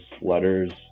letters